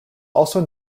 also